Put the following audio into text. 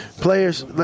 Players